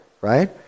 right